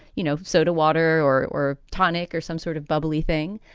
you know, soda water or or tonic or some sort of bubbly thing.